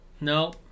no